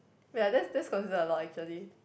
we are just just consider a lot actually